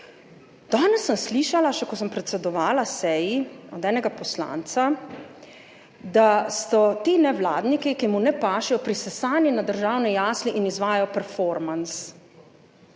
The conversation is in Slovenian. Danes sem slišala še, ko sem predsedovala seji od enega poslanca, da so ti nevladniki, ki mu ne pašejo, prisesani na državne jasli in izvajajo performans.